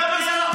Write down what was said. לא זאת,